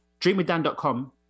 Dreamwithdan.com